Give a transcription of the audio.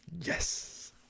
Yes